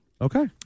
Okay